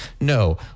No